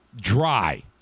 dry